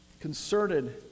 concerted